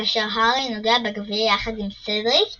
כאשר הארי נוגע בגביע יחד עם סדריק דיגורי,